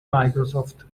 microsoft